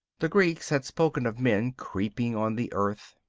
the greek had spoken of men creeping on the earth,